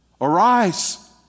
arise